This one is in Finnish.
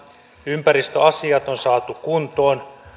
ympäristöasiat on saatu kuntoon